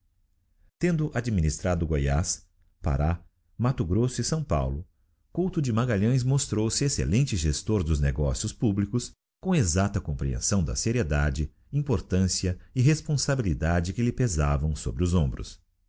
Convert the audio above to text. tendo administrado goyaz pará matto grosso e s paulo couto de magalhães mostrou-se excellente gestor dos negócios públicos com exacta comprehensão da seriedade importância e responsabilidade que lhe pesavam sobre os hombros